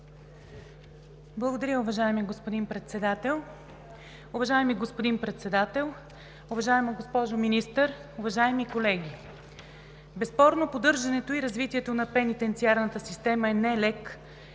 Председател. Уважаеми господин Председател, уважаема госпожо Министър, уважаеми колеги! Безспорно поддържането и развитието на пенитенциарната система е нелек